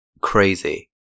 Crazy